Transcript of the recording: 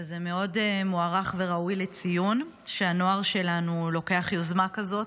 וזה מאוד מוערך וראוי לציון שהנוער שלנו לוקח יוזמה כזאת,